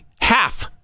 Half